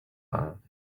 have